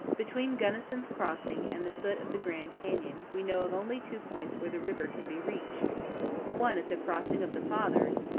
between gunnison's crossing and the foot of the grand canyon, we know of only two points where the river can be reached one at the crossing of the fathers,